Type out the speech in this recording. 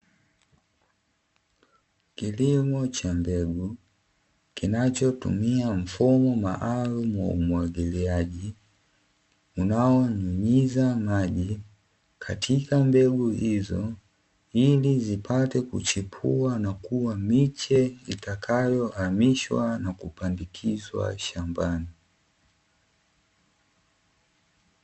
Kilimo cha mbegu kinachotumia mfumo maalumu wa umwagiliaji, unaonyunyiza maji katika mbegu hizo ili zipate kuchipua na kuwa miche itakayohamishwa na kupandikizwa shambani.